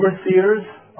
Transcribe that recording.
overseers